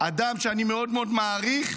אדם שאני מאוד מאוד מעריך,